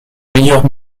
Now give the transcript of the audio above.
meilleurs